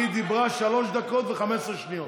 היא דיברה שלוש דקות ו-15 שניות.